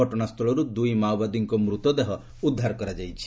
ଘଟଣାସ୍ଥଳରୁ ଦୁଇ ମାଓବାଦୀଙ୍କ ମୃତଦେହ ଉଦ୍ଧାର କରାଯାଇଛି